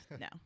No